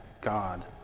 God